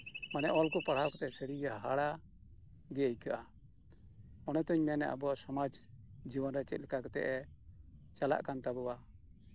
ᱢᱟᱱᱮ ᱚᱞ ᱠᱚ ᱯᱟᱲᱦᱟᱣ ᱠᱟᱛᱮᱜ ᱥᱟᱹᱨᱤᱜᱮ ᱦᱟᱦᱟᱲᱟᱜ ᱜᱮ ᱟᱹᱭᱠᱟᱹᱜᱼᱟ ᱚᱱᱟ ᱛᱤᱧ ᱢᱮᱱᱟ ᱥᱟᱹᱨᱤᱜᱮ ᱥᱚᱢᱟᱡ ᱡᱤᱵᱚᱱ ᱪᱮᱫ ᱞᱮᱠᱟ ᱠᱟᱛᱮᱜ ᱪᱟᱞᱟᱜ ᱠᱟᱱ ᱛᱟᱵᱳᱱᱟ